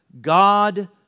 God